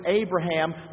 Abraham